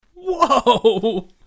Whoa